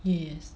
yes